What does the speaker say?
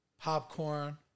popcorn